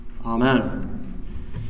Amen